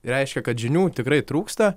reiškia kad žinių tikrai trūksta